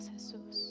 Jesus